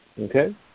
Okay